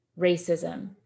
racism